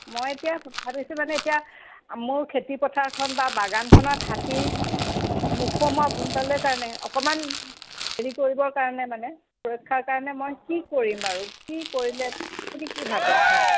মই এতিয়া ভাবিছোঁ মানে এতিয়া মোৰ খেতিপথাৰখনত বা বাগানখনত হাতী নুসুমাবলৈ কাৰণে অকণমান হেৰি কৰিবৰ কাৰণে মানে সুৰক্ষাৰ কাৰণে মই কি কৰিম বাৰু কি কৰিলে আপুনি কি ভাবে হয়